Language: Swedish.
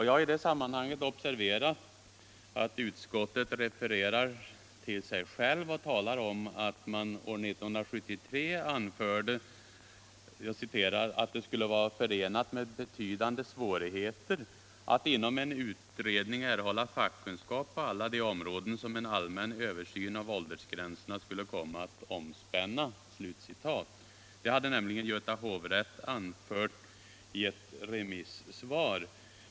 Jag har observerat att utskottet refererar till sig självt och omtalar att man år 1973 anförde ”att det skulle vara förenat med betydande svårigheter att inom en utredning erhålla fackkunskap på alla de områden som en allmän översyn av åldersgränserna skulle komma att omspänna”. Detta hade också Göta hovrätt anfört i sitt remissvar.